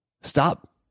stop